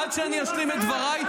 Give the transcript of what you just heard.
-- עד שאני לא אשלים את דבריי,